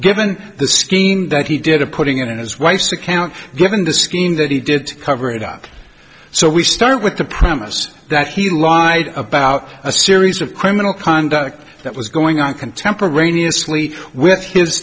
the scheme that he did of putting it in his wife's account given the scheme that he did to cover it up so we start with the promise that he lied about a series of criminal conduct that was going on contemporaneously w